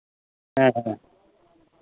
ᱦᱮᱸ ᱦᱮᱸ